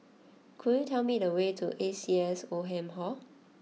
could you tell me the way to A C S Oldham Hall